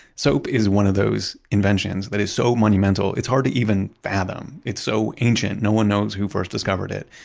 soap is one of those inventions that is so monumental it's hard to even fathom. it's so ancient, no one knows who first discovered it.